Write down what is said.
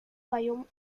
royaumes